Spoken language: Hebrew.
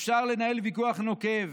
אפשר לנהל ויכוח נוקב,